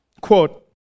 quote